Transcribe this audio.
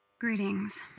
Greetings